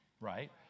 right